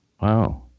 Wow